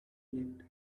lit